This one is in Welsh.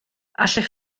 allech